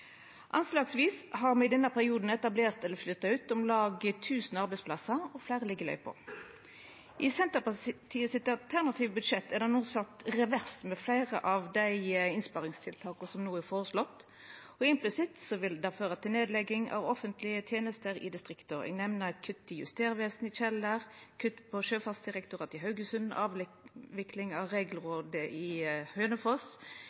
Anslagsvis har me i denne perioden etablert eller flytta ut om lag 1 000 arbeidsplassar – og fleire ligg i løypa. I Senterpartiet sitt alternative budsjett er no fleire av dei innsparingstiltaka som no er føreslegne, sette i revers, og implisitt vil det føra til nedlegging av offentlege tenester i distrikta. Eg nemner kutt i Justervesenet på Kjeller, kutt for Sjøfartsdirektoratet i Haugesund, avvikling av